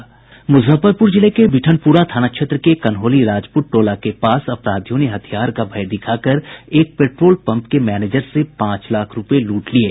मुजफ्फरपुर जिले के मिठनपुरा थाना क्षेत्र के कन्होली राजपूत टोला के पास अपराधियों ने हथियार का भय दिखाकर एक पेट्रोल पम्प के मैनेजर से पांच लाख रूपये लूट लिये